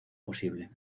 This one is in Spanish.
posible